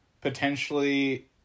potentially